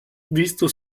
visto